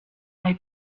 hai